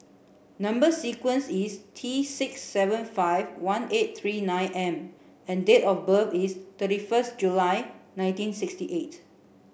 number sequence is T six seven five one eight three nine M and date of birth is thirty first July nineteen sixty eight